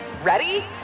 Ready